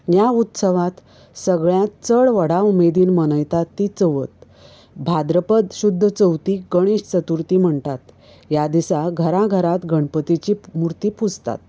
ह्या उत्सवांत सगळ्यांत चड व्हडा उमेदीन मनयतात ती चवथ भाद्रपत शुद्ध चवथीक गणेश चतुर्थी म्हणटात ह्या दिसा घरां घरांत गणपतीची मुर्ती पुजतात